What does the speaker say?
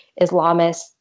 Islamists